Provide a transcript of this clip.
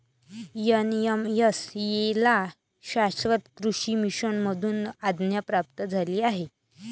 NMSA ला शाश्वत कृषी मिशन मधून आज्ञा प्राप्त झाली आहे